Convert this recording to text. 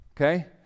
okay